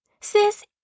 Sis